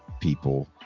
people